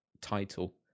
title